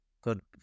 good